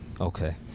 Okay